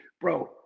bro